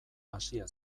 hasia